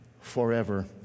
forever